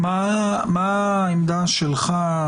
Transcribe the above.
מה העמדה שלך,